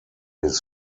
his